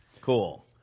Cool